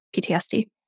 PTSD